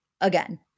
again